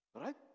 Right